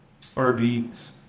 RVs